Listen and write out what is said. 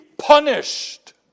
punished